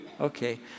Okay